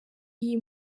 iyi